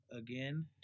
again